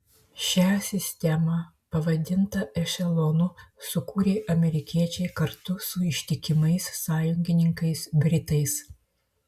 šią sistemą pavadintą ešelonu sukūrė amerikiečiai kartu su ištikimais sąjungininkais britais